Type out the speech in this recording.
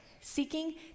seeking